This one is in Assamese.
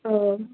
অঁ